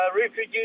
refugees